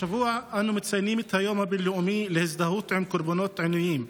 השבוע אנו מציינים את היום הבין-לאומי להזדהות עם קורבנות עינויים.